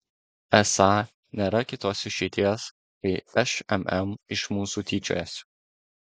esą nėra kitos išeities kai šmm iš mūsų tyčiojasi